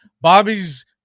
Bobby's